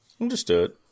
Understood